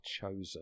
chosen